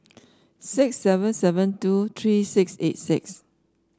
six seven seven two three six eight six